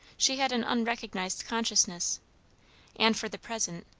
she had an unrecognised consciousness and for the present,